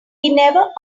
never